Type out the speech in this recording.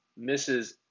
Mrs